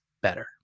better